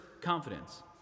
confidence